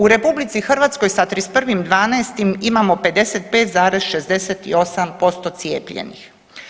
U RH sa 31.12. imamo 55,68% cijepljenih.